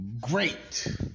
great